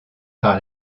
par